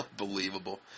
Unbelievable